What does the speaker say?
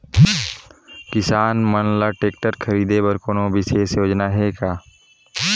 किसान मन ल ट्रैक्टर खरीदे बर कोनो विशेष योजना हे का?